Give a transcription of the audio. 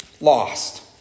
lost